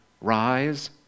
rise